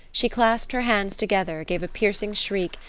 she clasped her hands together, gave a piercing shriek,